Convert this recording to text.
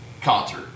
concert